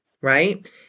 right